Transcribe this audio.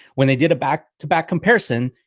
when they did a back to back comparison,